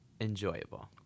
enjoyable